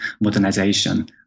modernization